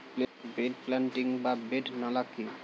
Bed planting বা bed নালা কি?